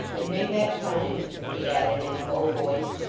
and may that time she added in a low voice,